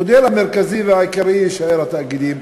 המודל המרכזי והעיקרי יישאר התאגידים,